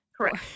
Correct